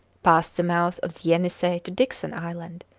past the mouth of the yenisei to dickson island,